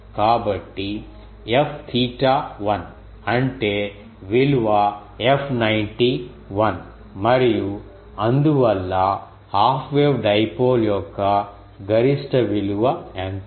కాబట్టి Fθ 1 అంటే విలువ F 1 మరియు అందువల్ల హాఫ్ వేవ్ డైపోల్ యొక్క గరిష్ట విలువ ఎంత